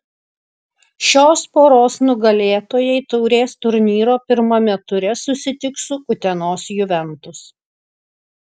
šios poros nugalėtojai taurės turnyro pirmame ture susitiks su utenos juventus